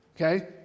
Okay